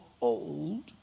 old